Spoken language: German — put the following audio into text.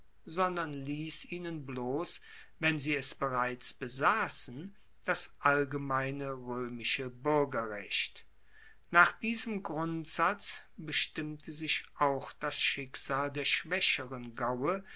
sondern liess ihnen bloss wenn sie es bereits besassen das allgemeine roemische buergerrecht nach diesem grundsatz bestimmte sich auch das schicksal der schwaecheren gaue